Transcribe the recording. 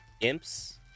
imps